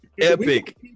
Epic